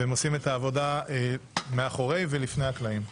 והם עושים את העבודה מאחורי ולפני הקלעים.